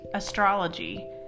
astrology